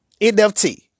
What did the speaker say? NFT